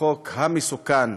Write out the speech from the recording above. החוק המסוכן,